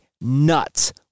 nuts